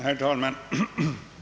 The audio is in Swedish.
Herr talman!